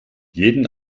jeden